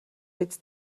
биз